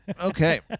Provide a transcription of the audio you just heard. Okay